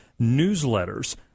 newsletters